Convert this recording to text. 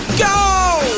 go